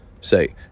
Say